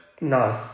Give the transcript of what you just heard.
Nice